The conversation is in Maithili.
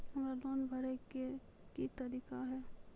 हमरा लोन भरे के की तरीका है?